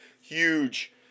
huge